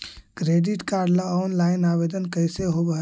Credit card ल online आवेदन कैसे होब है?